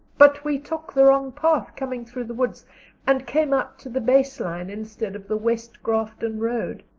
but we took the wrong path coming through the woods and came out to the base line instead of the west grafton road.